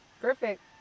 perfect